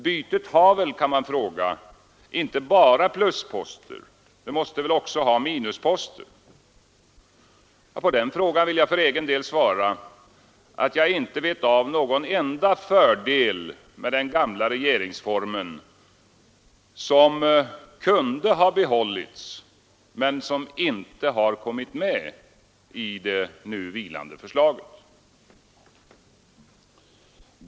Bytet har väl, kan man fråga, inte bara plusposter utan även minusposter? Jag vill för egen del svara, att jag inte vet av någon enda fördel med den gamla regeringsformen som kunde ha behållits men som inte har kommit med i det nu vilande förslaget.